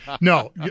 No